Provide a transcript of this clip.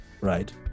right